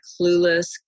clueless